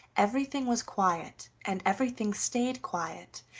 everything was quiet, and everything stayed quiet,